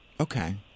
okay